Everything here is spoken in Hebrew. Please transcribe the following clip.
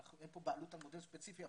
אין פה בעלות על מודל ספציפי,